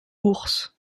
ours